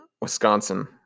Wisconsin